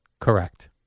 Correct